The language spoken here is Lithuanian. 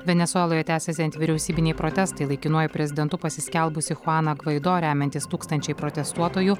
venesueloje tęsiasi antivyriausybiniai protestai laikinuoju prezidentu pasiskelbusį chuaną gvaido remiantys tūkstančiai protestuotojų